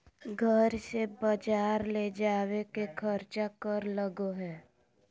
घर से बजार ले जावे के खर्चा कर लगो है?